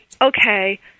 okay